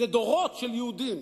זה דורות של יהודים,